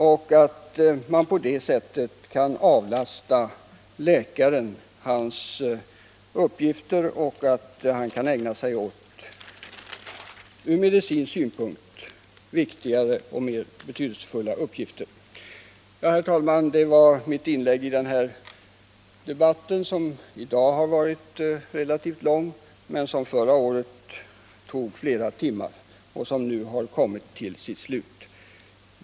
Läkarna kan på det sättet avlastas en hel del uppgifter, och de kan ägna sig åt från medicinsk synpunkt viktigare och mer betydelsefulla uppgifter. Med detta, herr talman, vill jag avsluta mitt inlägg i debatten om den här frågan, en debatt som i dag har varit relativt lång och som förra året tog flera timmar.